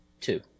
Two